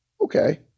okay